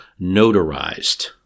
notarized